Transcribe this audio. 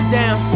down